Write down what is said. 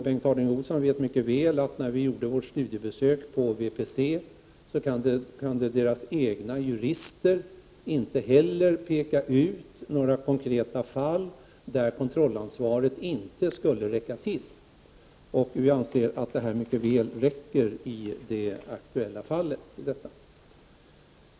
Bengt Harding Olson vet mycket väl att när vi gjorde vårt studiebesök på VPC kunde deras egna jurister inte heller peka ut några konkreta fall där kontrollansvaret inte skulle räcka till. Vi anser att detta mycket väl räcker i det aktuella fallet.